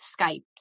Skype